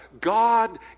God